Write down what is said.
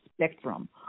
spectrum